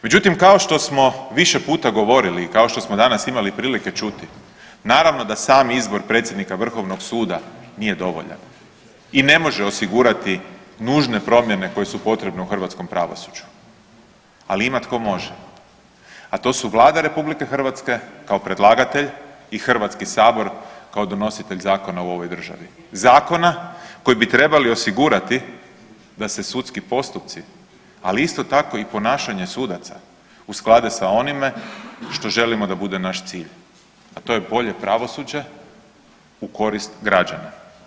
Međutim kao što smo više puta govorili i kao što smo danas imali prilike čuti naravno da sam izbor predsjednika vrhovnog suda nije dovoljan i ne može osigurati nužne promjene koje su potrebne u hrvatskom pravosuđu, ali ima tko može, a to su Vlada RH kao predlagatelj i HS kao donositelj zakona u ovoj državi, zakona koji bi trebali osigurati da se sudski postupci, ali isto tako i ponašanje sudaca usklade sa onime što želimo da bude naš cilj, a to je bolje pravosuđe u korist građana.